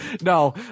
No